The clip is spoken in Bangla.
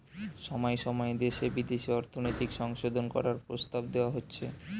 সময় সময় দেশে বিদেশে অর্থনৈতিক সংশোধন করার প্রস্তাব দেওয়া হচ্ছে